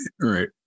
right